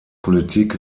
politik